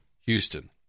Houston